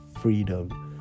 freedom